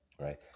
Right